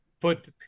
put